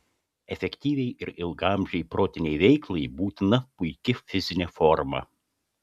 efektyviai ir ilgaamžei protinei veiklai būtina puiki fizinė forma